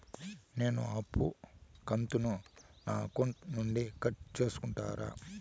నేను అప్పు కంతును నా అకౌంట్ నుండి కట్ సేసుకుంటారా?